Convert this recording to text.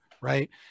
right